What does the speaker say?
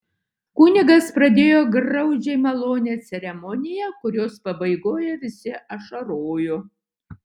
kunigas pradėjo graudžiai malonią ceremoniją kurios pabaigoje visi ašarojo